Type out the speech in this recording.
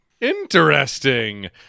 Interesting